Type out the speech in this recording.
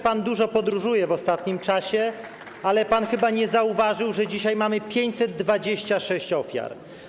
Pan dużo podróżuje w ostatnim czasie, ale chyba pan nie zauważył, że dzisiaj mamy 526 ofiar.